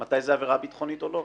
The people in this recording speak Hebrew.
מתי זו עבירה ביטחונית ומתי לא.